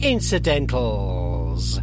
Incidentals